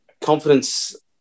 confidence